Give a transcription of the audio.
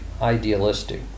idealistic